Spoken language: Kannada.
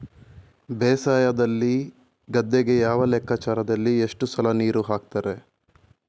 ಬೇಸಾಯದಲ್ಲಿ ಗದ್ದೆಗೆ ಯಾವ ಲೆಕ್ಕಾಚಾರದಲ್ಲಿ ಎಷ್ಟು ಸಲ ನೀರು ಹಾಕ್ತರೆ?